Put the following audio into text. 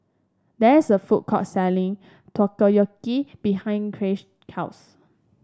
there is a food court selling Takoyaki behind Chace's house